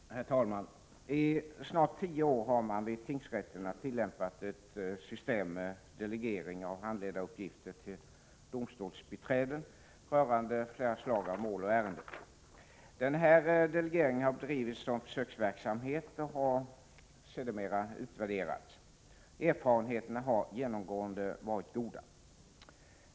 Herr talman! I snart tio år har man vid tingsrätterna tillämpat ett system med delegering av handläggaruppgifter till domstolsbiträden rörande flera slag av mål och ärenden. Den här delegeringen har bedrivits som försöksverksamhet och har sedermera utvärderats. Erfarenheterna har genomgående varit goda.